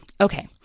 Okay